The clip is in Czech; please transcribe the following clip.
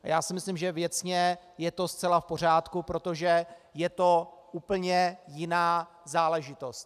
A já si myslím, že věcně je to zcela v pořádku, protože je to úplně jiná záležitost.